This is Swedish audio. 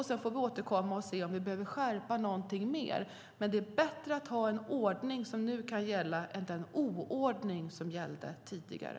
Sedan får vi återkomma och se om vi behöver skärpa något mer. Det är dock bättre att ha en ordning som nu kan gälla än den oordning som gällde tidigare.